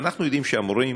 אנחנו יודעים שהמורים,